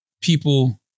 people